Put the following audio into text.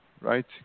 right